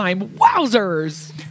wowzers